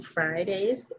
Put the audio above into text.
Fridays